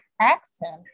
accent